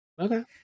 Okay